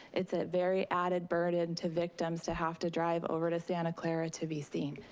it's a very added burden to victims to have to drive over to santa clara to be seen,